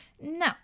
no